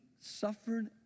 suffered